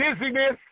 Dizziness